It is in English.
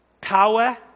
power